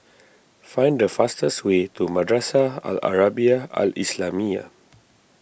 find the fastest way to Madrasah Al Arabiah Al Islamiah